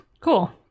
Cool